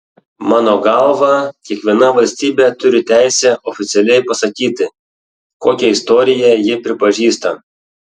mano galva kiekviena valstybė turi teisę oficialiai pasakyti kokią istoriją ji pripažįsta